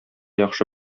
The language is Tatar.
яхшы